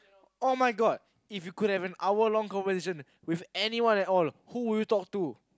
[oh]-my-god if you could have an hour long conversation with anyone at all who would you talk to